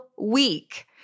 week